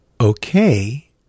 okay